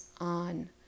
on